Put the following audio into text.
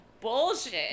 bullshit